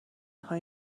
های